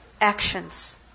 actions